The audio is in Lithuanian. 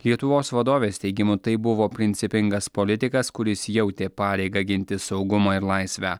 lietuvos vadovės teigimu tai buvo principingas politikas kuris jautė pareigą ginti saugumą ir laisvę